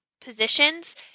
positions